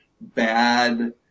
bad